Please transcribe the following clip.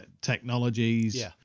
technologies